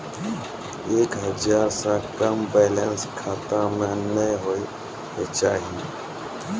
एक हजार से कम बैलेंस खाता मे नैय होय के चाही